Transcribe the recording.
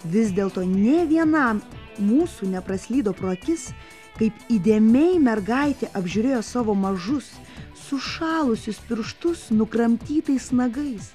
vis dėlto nė vienam mūsų nepraslydo pro akis kaip įdėmiai mergaitė apžiūrėjo savo mažus sušalusius pirštus nukramtytais nagais